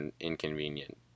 inconvenient